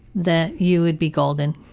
that you would be golden,